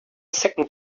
second